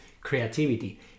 creativity